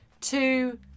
two